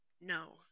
No